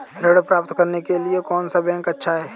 ऋण प्राप्त करने के लिए कौन सा बैंक अच्छा है?